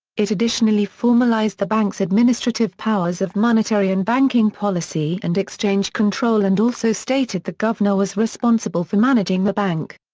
it additionally formalised the bank's administrative powers of monetary and banking policy and exchange control and also stated the governor was responsible for managing the bank.